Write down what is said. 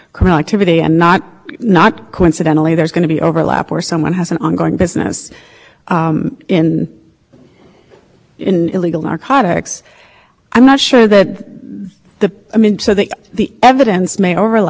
i'm not sure that the i mean the evidence may overlap it's a similar conduct but what i think what we're asking is without more what is so obviously probative about the prior court